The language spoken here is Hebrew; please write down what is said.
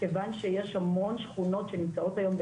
כיוון שיש המון שכונות שנמצאות היום,